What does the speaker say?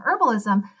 herbalism